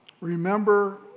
Remember